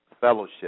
fellowship